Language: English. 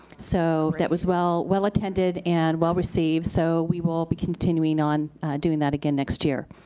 so that was well well attended and well received. so we will be continuing on doing that again next year.